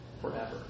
forever